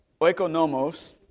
oikonomos